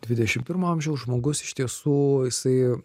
dvidešim pirmo amžiaus žmogus iš tiesų jisai